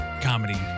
comedy